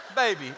baby